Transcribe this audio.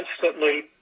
constantly